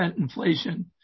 inflation